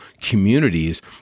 communities